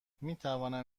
میتوانم